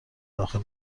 داخل